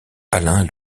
alain